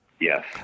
Yes